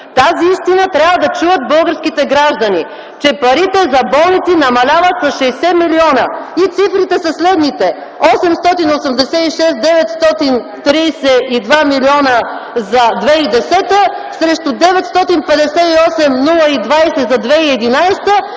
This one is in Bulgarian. Тази истина трябва да чуят българските граждани, че парите за болници намаляват с 60 милиона! И цифрите са следните: 886 932 милиона за 2010 г. срещу 958 020 – за 2011